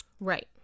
Right